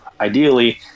ideally